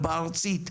בארצית,